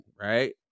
right